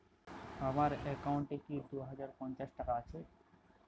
আমার অ্যাকাউন্ট এ কি দুই হাজার দুই শ পঞ্চাশ টাকা আছে?